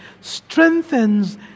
strengthens